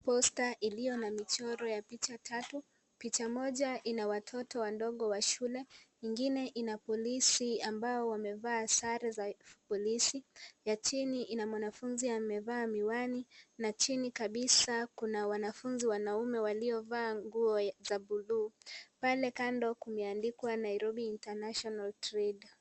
Posta iliyo na michoro ya picha tatu. Picha moja ina watoto wadog wa shule, ingine ina polisi ambao wamevaa sare za polisi, ya chini ina mwanafunzi amevaa miwani na chini kabisa kuna wanafunzi wanaume waliovaa nguo za buluu. Pale kando kumeandikwa Nairobi international trade .